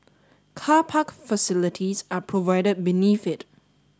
car park facilities are provided beneath it